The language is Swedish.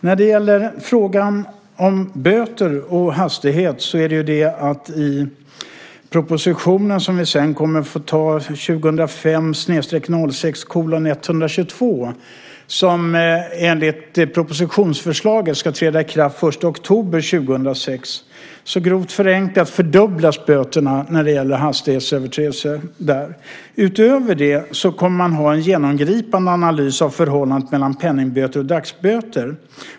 När det gäller frågan om böter vid hastighetsöverträdelser kommer det i proposition 2005/06:122 att föreslås att böterna grovt förenklat ska fördubblas. Detta ska träda i kraft den 1 oktober 2006. Utöver detta kommer man att ha en genomgripande analys av förhållandet mellan penningböter och dagsböter.